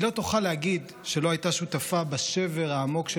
היא לא תוכל להגיד שלא הייתה שותפה בשבר העמוק של